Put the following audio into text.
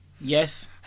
Yes